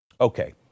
Okay